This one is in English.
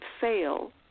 fail